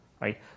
right